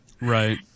Right